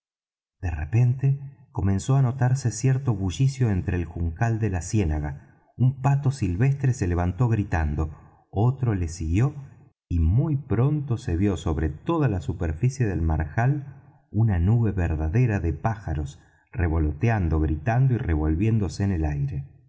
de repente comenzó á notarse cierto bullicio entre el juncal de la ciénaga un pato silvestre se levantó gritando otro le siguió y muy pronto se vió sobre toda la superficie del marjal una nube verdadera de pájaros revoloteando gritando y revolviéndose en el aire